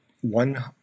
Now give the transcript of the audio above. one